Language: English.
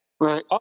right